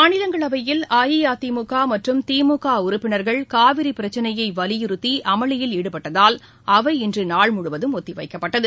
மாநிலங்களவையில் அஇஅஅதிமுக மற்றும் திமுக உறுப்பினர்கள் காவிரி பிரச்சினையை வலியுறுத்தி அமளியில் ஈடுபட்டதால் அவை இன்றும் நாள் முழுவதும் ஒத்திவைக்கப்பட்டது